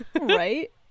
right